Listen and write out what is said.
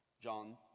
John